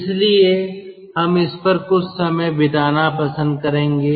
इसलिए हम इस पर कुछ समय बिताना पसंद करेंगे